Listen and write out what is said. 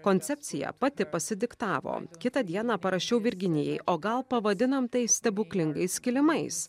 koncepcija pati pasidiktavo kitą dieną parašiau virginijai o gal pavadinam tai stebuklingais kilimais